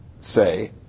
say